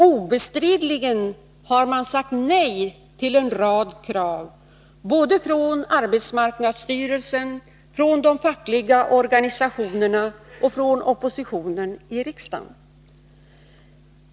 Obestridligen har man sagt nej till en rad krav, från arbetsmarknadsstyrelsen, från de fackliga organisationerna och från oppositionen i riksdagen.